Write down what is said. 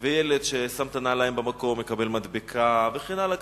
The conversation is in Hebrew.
וילד ששם את הנעליים במקום מקבל מדבקה, וכן הלאה.